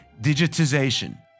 digitization